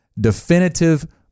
definitive